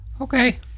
Okay